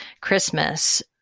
Christmas